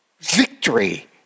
victory